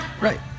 Right